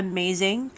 Amazing